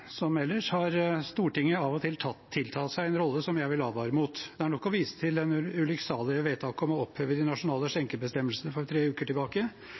av og til ellers – har Stortinget tiltatt seg en rolle som jeg vil advare mot. Det er nok å vise til det ulykksalige vedtaket om å oppheve de nasjonale skjenkebestemmelsene for tre uker